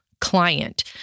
client